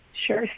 Sure